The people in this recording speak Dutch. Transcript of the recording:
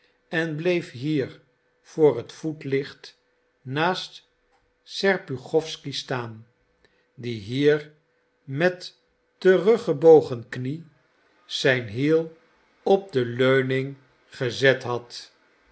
en bleef hier voor het voetlicht naast serpuchowsky staan die hier met teruggebogen knie zijn hiel op de leuning gezet had